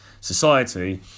society